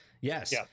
yes